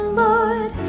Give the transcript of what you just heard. lord